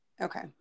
Okay